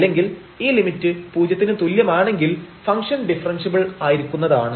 അല്ലെങ്കിൽ ഈ ലിമിറ്റ് പൂജ്യത്തിന് തുല്യമാണെങ്കിൽ ഫംഗ്ഷൻ ഡിഫറെൻഷ്യബിൾ ആയിരിക്കുന്നതാണ്